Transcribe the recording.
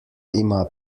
ima